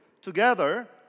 together